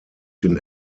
den